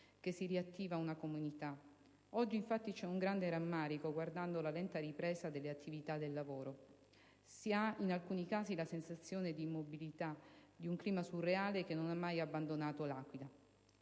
che si riattiva una comunità. Oggi c'è un grande rammarico guardando alla lenta ripresa delle attività lavorative: si ha in alcuni casi la sensazione di immobilità, di un clima surreale che non ha mai abbandonato L'Aquila.